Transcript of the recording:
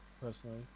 personally